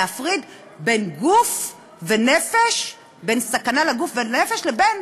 להפריד בין גוף ונפש, בין סכנה לגוף ונפש, לבין